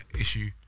issue